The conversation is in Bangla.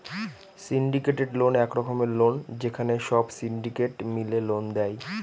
সিন্ডিকেটেড লোন এক রকমের লোন যেখানে সব সিন্ডিকেট মিলে লোন দেয়